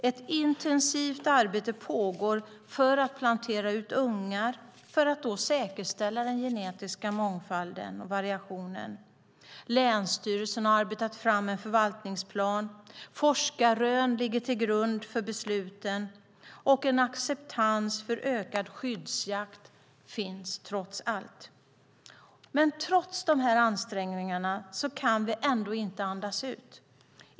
Ett intensivt arbete pågår med att plantera ut ungar för att säkerställa den genetiska mångfalden och variationen. Länsstyrelsen har arbetat fram en förvaltningsplan, forskarrön ligger till grund för besluten och en acceptans för ökad skyddsjakt finns trots allt. Trots dessa ansträngningar kan vi inte andas ut.